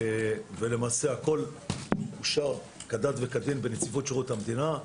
והכול אושר כדת וכדין בנציבות שירות המדינה.